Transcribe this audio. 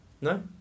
No